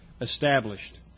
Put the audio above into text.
established